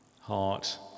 heart